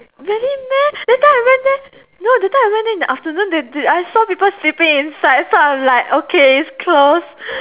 really meh that time I went there no that time I went there in the afternoon they they I saw people sleeping inside so I'm like okay it's closed